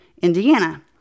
Indiana